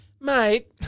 mate